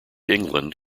england